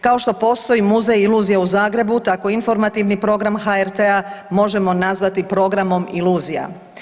Kao što postoji Muzej iluzija u Zagrebu tako informativni program HRT-a možemo nazvati programom iluzija.